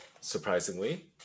surprisingly